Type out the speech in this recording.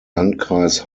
landkreis